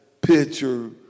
picture